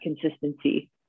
consistency